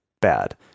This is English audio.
bad